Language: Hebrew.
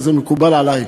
וזה מקובל עלי.